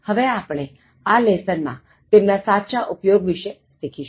હવે આપણે આ લેસન માં તેમના સાચા ઉપયોગ વિશે શીખશું